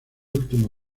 último